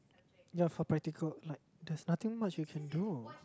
ya for practical like there's nothing much you can do